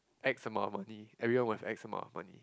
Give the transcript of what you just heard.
act some more of money everyone wants act some more of money